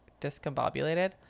discombobulated